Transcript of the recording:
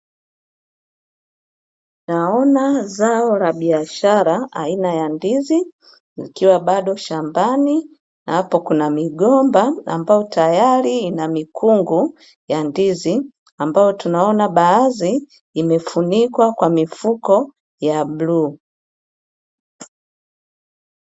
Naona zao la biashara aina ya ndizi likiwa bado shambani hapo kuna migomba ambayo tayari inamikungu ya ndizi ambayo tunaona baadhi imefunikwa kwa mifuko ya bluu.